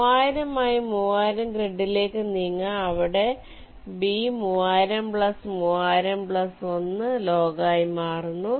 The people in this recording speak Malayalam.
3000 ആയി 3000 ഗ്രിഡിലേക്ക് നീങ്ങുക അവിടെ B 300030001 ലോഗ് ആയി മാറുന്നു